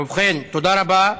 ובכן, תודה רבה.